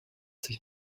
sich